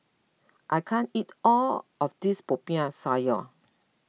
I can't eat all of this Popiah Sayur